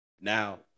Now